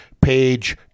page